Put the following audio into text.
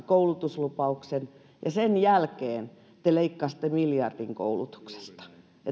koulutuslupauksen ja sen jälkeen te leikkasitte miljardin koulutuksesta